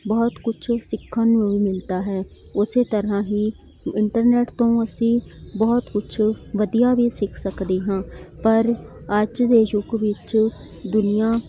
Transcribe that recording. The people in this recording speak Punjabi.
ਬਹੁਤ ਕੁਛ ਸਿੱਖਣ ਨੂੰ ਵੀ ਮਿਲਦਾ ਹੈ ਉਸੇ ਤਰ੍ਹਾਂ ਹੀ ਇੰਟਰਨੈੱਟ ਤੋਂ ਅਸੀਂ ਬਹੁਤ ਕੁਛ ਵਧੀਆ ਵੀ ਸਿੱਖ ਸਕਦੇ ਹਾਂ ਪਰ ਅੱਜ ਦੇ ਯੁੱਗ ਵਿੱਚ ਦੁਨੀਆਂ